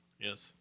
Yes